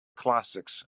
classics